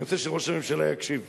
אני רוצה שראש הממשלה יקשיב.